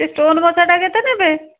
ସେ ଷ୍ଟୋନ୍ ବସାଟା କେତେ ନେବେ